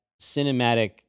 cinematic